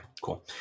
cool